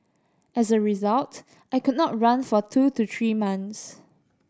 as a result I could not run for two to three months